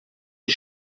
die